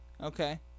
Okay